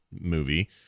movie